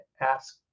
ask